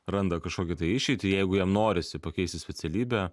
randa kažkokią tai išeitį jeigu jam norisi pakeisti specialybę